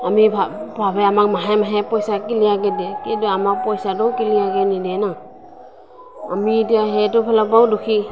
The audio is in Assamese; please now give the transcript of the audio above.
আমি ভা ভাবে আমাক মাহে মাহে পইচা ক্লিয়াৰকৈ দিয়ে কিন্তু আমাৰ পইচাটো ক্লিয়াৰকৈ নিদিয়ে ন আমি এতিয়া সেইটো ফালৰ পৰাও দুখী